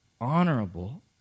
honorable